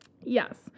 Yes